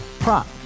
Prop